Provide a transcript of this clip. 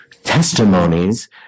testimonies